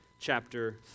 chapter